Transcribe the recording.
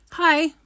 Hi